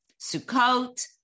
Sukkot